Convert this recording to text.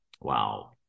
Wow